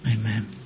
amen